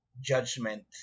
judgment